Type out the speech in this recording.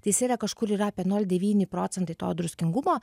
tai jis yra kažkur yra apie nul devyni procentai to druskingumo